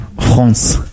France